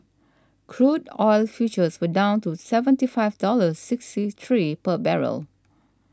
crude oil futures were down to seventy five dollars sixty three per barrel